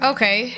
Okay